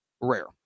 rare